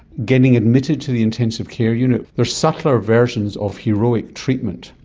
getting admitted to the intensive care unit, there are subtler versions of heroic treatment.